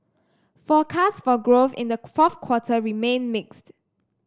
forecasts for growth in the fourth quarter remain mixed